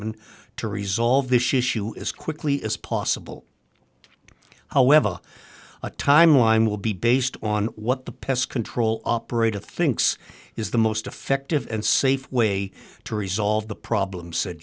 department to resolve this issue as quickly as possible however a timeline will be based on what the pest control operator thinks is the most effective and safe way to resolve the problem